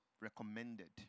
recommended